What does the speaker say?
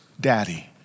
daddy